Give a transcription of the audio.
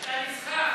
אתה נסחף.